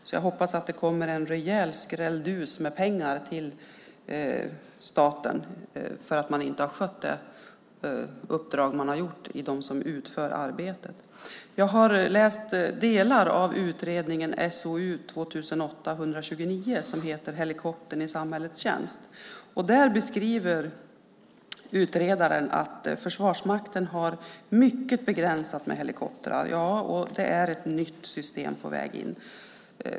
Jag hoppas alltså att det kommer en rejäl skrälldus med pengar till staten för att de som utför arbetet inte har skött sitt uppdrag. Jag har läst delar av utredningen SOU 2008:129 som heter Helikoptern i samhällets tjänst . Där beskriver utredaren att Försvarsmakten har mycket begränsat med helikoptrar och att ett nytt system är på väg in.